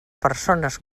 persones